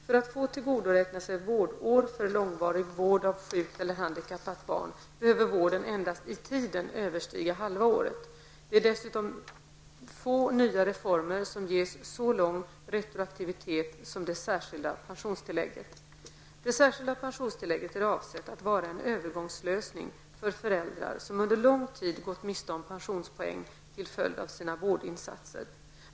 För att få tillgodoräkna sig vårdår för långvarig vård av sjukt eller handikappat barn behöver vården endast i tiden överstiga halva året. Det är dessutom få nya reformer som ges så lång retroaktivitet som det särskilda pensionstillägget. Det särskilda pensionstillägget är avsett att vara en övergångslösning för föräldrar som under lång tid gått miste om pensionspoäng till följd av sina vårdinsatser.